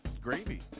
Gravy